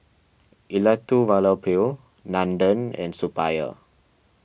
Elattuvalapil Nandan and Suppiah